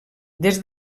des